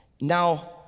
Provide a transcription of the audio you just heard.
Now